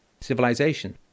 Civilization